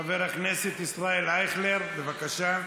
חבר הכנסת ישראל אייכלר, בבקשה.